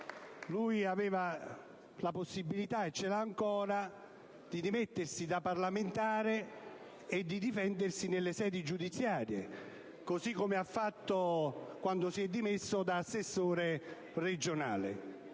Aveva la possibilità - e ce l'ha ancora - di dimettersi da parlamentare e di difendersi nelle sedi giudiziarie, così come ha fatto quando si è dimesso da assessore regionale.